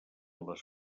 les